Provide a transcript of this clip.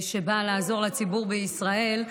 שבאה לעזור לציבור בישראל,